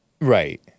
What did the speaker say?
Right